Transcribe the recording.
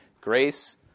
grace